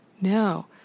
No